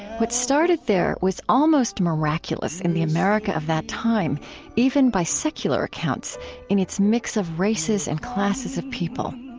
what started there was almost miraculous in the america of that time even by secular accounts in its mix of races and classes of people.